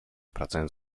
pracując